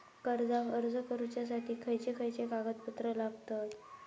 कर्जाक अर्ज करुच्यासाठी खयचे खयचे कागदपत्र लागतत